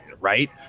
right